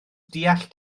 deall